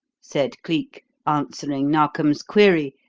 said cleek, answering narkom's query,